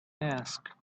ask